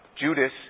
Judas